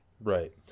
right